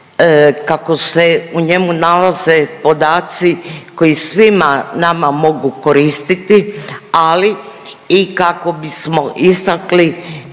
kako se u njemu nalaze podaci koji svima nama mogu koristiti, ali i kako bismo istakli